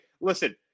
Listen